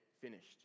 finished